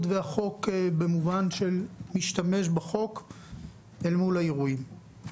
והחוק במובן של משתמש בחוק אל מול האירועים.